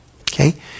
Okay